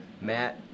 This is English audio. Matt